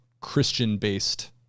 Christian-based